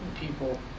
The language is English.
people